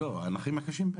מרבית הנכים.